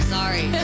Sorry